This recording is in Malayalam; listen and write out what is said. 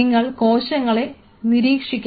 നിങ്ങൾ കോശങ്ങളെ നിരീക്ഷിക്കണം